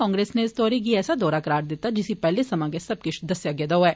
कांग्रेस नै इस दौरे गी ऐसा दौरा करार दित्ता जिसी पैहले गै सब किष दस्सेआ गेदा होऐ